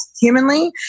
humanly